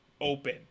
open